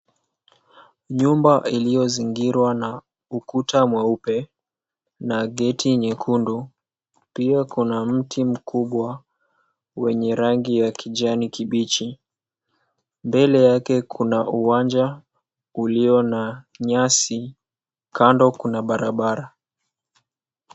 Nyumba iliyozingirwa na ukuta mweupe na geti nyekundu, pia kuna mti mkubwa wenye rangi ya kijani kibichi. Mbele yake kuna uwanja uliona nyasi, kando kuna barabara.